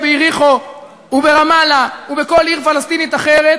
ביריחו וברמאללה ובכל עיר פלסטינית אחרת